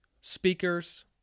speakers